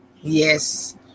Yes